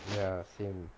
ya same